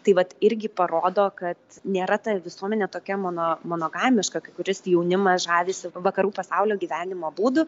tai vat irgi parodo kad nėra ta visuomenė tokia mono monogamiška kai kuris jaunimas žavisi vakarų pasaulio gyvenimo būdu